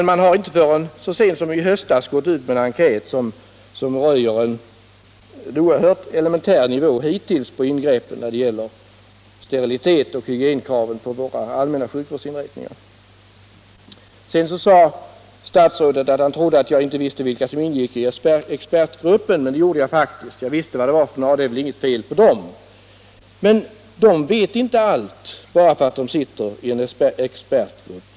Men man har inte förrän så sent som i höstas gått ut med en enkät, som röjer en oerhört elementär nivå hittills på ingreppen när det gäller sterilitetoch hygienkraven på våra allmänna sjukinrättningar. Sedan sade statsrådet att han trodde att jag inte visste vilka som ingick i expertgruppen. Men det gjorde jag faktiskt. Jag visste vilka det var, och det är inget fel på dem, men de vet inte allt bara för att de sitter i en expertgrupp.